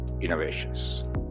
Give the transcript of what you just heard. innovations